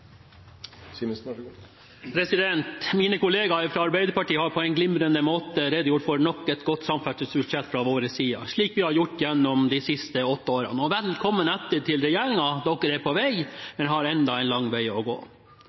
Mine kollegaer fra Arbeiderpartiet har på en glimrende måte redegjort for nok et godt samferdselsbudsjett fra vår side, slik vi har gjort gjennom de siste åtte årene. Velkommen etter, til regjeringen: Dere er på vei, men har enda en lang vei å gå.